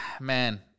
man